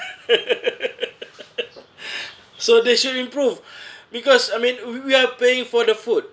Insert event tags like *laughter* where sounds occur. *laughs* so they should improve *breath* because I mean we we are paying for the food